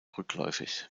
rückläufig